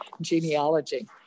Genealogy